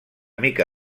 mica